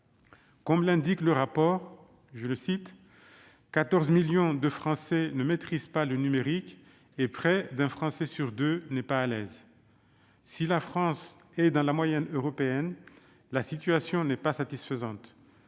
Comme l'indique le rapport, « 14 millions de Français ne maîtrisent pas le numérique et près d'un Français sur deux n'est pas à l'aise. Si la France est dans la moyenne européenne, la situation n'est pas satisfaisante.